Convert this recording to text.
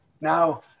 now